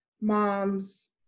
moms